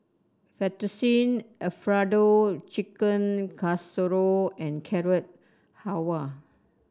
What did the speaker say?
Fettuccine Alfredo Chicken Casserole and Carrot Halwa